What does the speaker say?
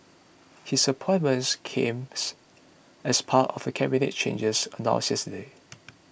his appointment comes as part of Cabinet changes announced yesterday